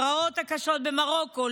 בפרעות הקשות במרוקו,